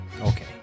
okay